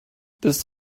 this